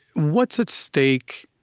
what's at stake?